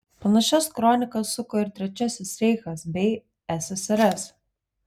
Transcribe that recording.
panašias kronikas suko ir trečiasis reichas bei ssrs